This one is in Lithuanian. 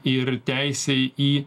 ir teisei į